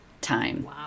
time